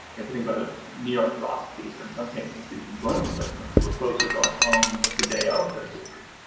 if you think about knee arthroscopies or, in some cases, even joint replacements, where folks are going home the day of their surgery,